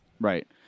Right